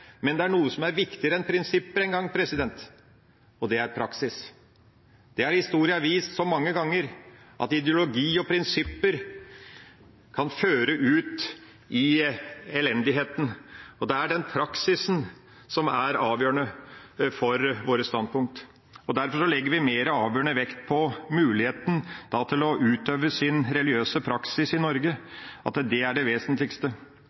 Men det er noe som er viktigere enn prinsipper, og det er praksis. Historien har vist så mange ganger at ideologier og prinsipper kan føre ut i elendigheten. Det er praksisen som er avgjørende for våre standpunkter. Derfor legger vi avgjørende vekt på folks mulighet til å utøve sin religiøse praksis i Norge, og at det er det vesentligste.